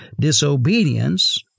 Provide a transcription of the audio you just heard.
disobedience